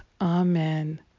Amen